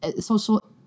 social